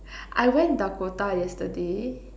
I went Dakota yesterday